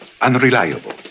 unreliable